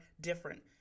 different